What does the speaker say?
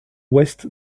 ouest